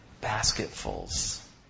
basketfuls